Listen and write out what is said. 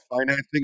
financing